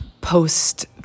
post